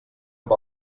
amb